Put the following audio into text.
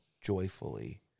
joyfully